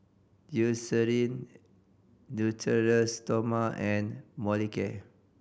Eucerin Natura Stoma and Molicare